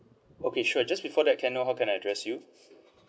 okay sure just before that can I know how can I address you